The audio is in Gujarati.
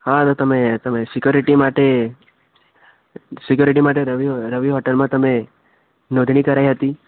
હા તો તમે તમે સિક્યોરિટી માટે સિક્યોરિટી માટે રવિ હો હોટેલમાં તમે નોંધણી કરાવી હતી